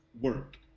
work